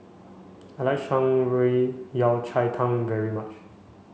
I like Shan Rui Yao Cai Tang very much